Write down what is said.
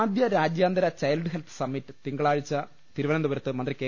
ആദ്യ രാജ്യാന്തര child health summit തിങ്കളാഴ്ച തിരു വനന്തപുരത്ത് മന്ത്രി കെ